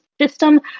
system